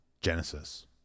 Genesis